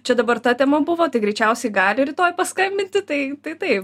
čia dabar ta tema buvo tik greičiausiai gali rytoj paskambinti tai tai taip